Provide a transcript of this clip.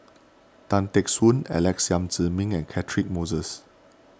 Tan Teck Soon Alex Yam Ziming and Catchick Moses